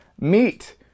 meet